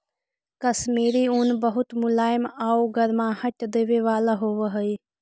कश्मीरी ऊन बहुत मुलायम आउ गर्माहट देवे वाला होवऽ हइ